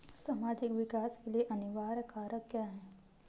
सामाजिक विकास के लिए अनिवार्य कारक क्या है?